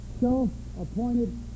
self-appointed